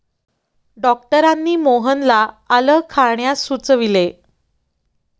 डॉक्टरांनी मोहनला आलं खाण्यास सुचविले